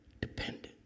dependent